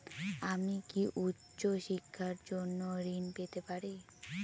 আমি কি উচ্চ শিক্ষার জন্য ঋণ পেতে পারি?